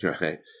Right